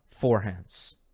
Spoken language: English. forehands